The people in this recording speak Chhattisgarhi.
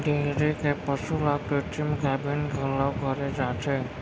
डेयरी के पसु ल कृत्रिम गाभिन घलौ करे जाथे